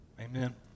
amen